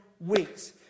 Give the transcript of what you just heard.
weeks